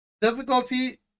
Difficulty